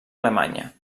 alemanya